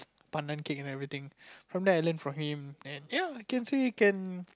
pandan cake and everything from there I learnt from him ya can say can